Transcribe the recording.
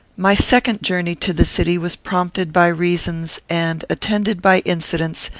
my second journey to the city was prompted by reasons, and attended by incidents,